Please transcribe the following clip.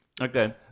Okay